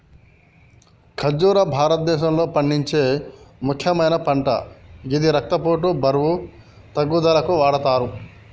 ఖర్బుజా భారతదేశంలో పండించే ముక్యమైన పంట గిది రక్తపోటు, బరువు తగ్గుదలకు వాడతరు